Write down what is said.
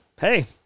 Hey